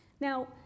Now